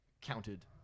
counted